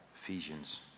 Ephesians